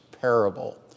parable